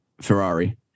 Ferrari